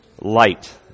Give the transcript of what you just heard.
light